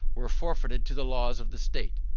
were forfeited to the laws of the state.